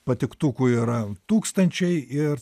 patiktukų yra tūkstančiai ir